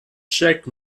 jack